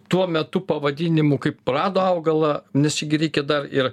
tuo metu pavadinimų kaip rado augalą nes čia gi reikia dar ir